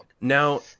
Now